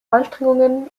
anstrengungen